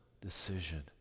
decision